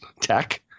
tech